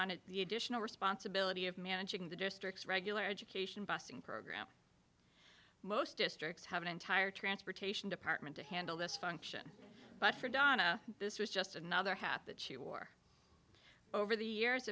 on it the additional responsibility of managing the district's regular education bussing program most districts have an entire transportation department to handle this function but for diana this was just another hat that she wore over the years